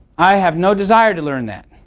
i have no desire to learn that.